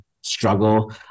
struggle